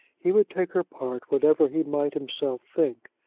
he would take her part, whatever he might himself think.